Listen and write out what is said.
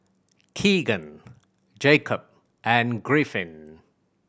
Keegan Jacob and Griffin